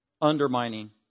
undermining